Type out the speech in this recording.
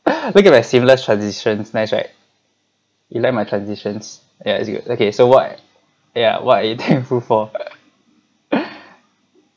look at my seamless transitions nice right you like my transitions ya as you okay so what yeah what are you thankful for